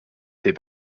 était